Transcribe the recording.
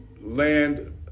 land